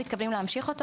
מתכוונים להמשיך בו,